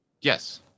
Yes